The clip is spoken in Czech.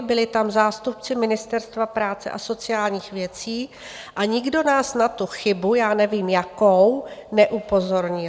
Byli tam zástupci Ministerstva práce a sociálních věcí a nikdo nás na tu chybu, já nevím jakou, neupozornil.